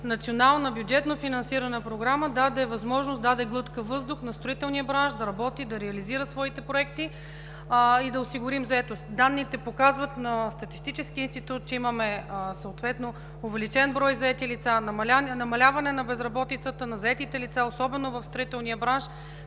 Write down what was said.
национална, бюджетно финансирана програма даде възможност, даде глътка въздух на строителния бранш да работи, да реализира своите проекти и да осигурим заетост. Данните на Статистическия институт показват, че имаме съответно увеличен брой заети лица, намаляване на безработицата, на заетите лица, особено в строителния бранш